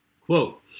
Quote